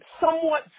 somewhat